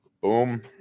Boom